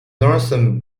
northern